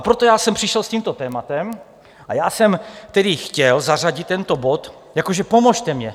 Proto jsem přišel s tímto tématem, a já jsem tedy chtěl zařadit tento bod, jakože pomozte mi.